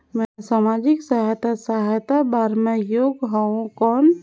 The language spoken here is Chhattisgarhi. मैं समाजिक सहायता सहायता बार मैं योग हवं कौन?